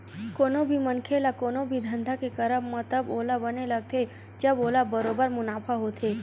कोनो भी मनखे ल कोनो भी धंधा के करब म तब ओला बने लगथे जब ओला बरोबर मुनाफा होथे